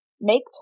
make